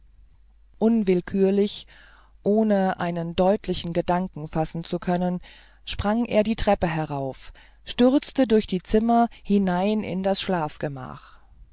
unwillkürlich ohne einen deutlichen gedanken fassen zu können sprang er die treppe herauf stürzte durch die zimmer hinein in das schlafgemach